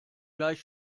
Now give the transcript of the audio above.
gleich